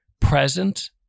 present